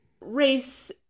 race